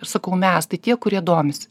sakau mes tai tie kurie domisi